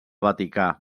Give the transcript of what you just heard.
vaticà